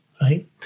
right